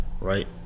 right